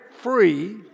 free